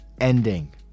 ending